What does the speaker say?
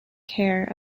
care